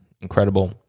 incredible